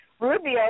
Rubio